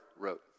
wrote